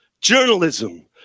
journalism